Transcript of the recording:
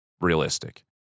realistic